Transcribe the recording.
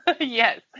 Yes